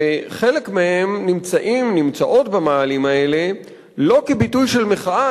וחלק מהן נמצאות במאהלים האלה לא כביטוי של מחאה